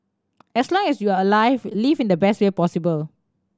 as long as you are alive live in the best way possible